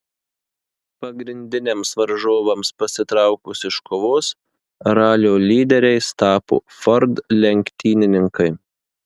pagrindiniams varžovams pasitraukus iš kovos ralio lyderiais tapo ford lenktynininkai